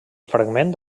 fragment